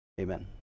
amen